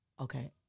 okay